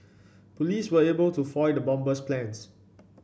police were able to foil the bomber's plans